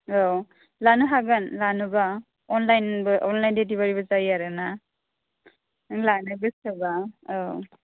औ लानो हागोन लानोबा अनलाइनबो अनलाइन देलिबारिबो जायो आरो ना नों लानो गोसोबा औ